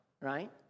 right